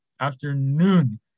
Afternoon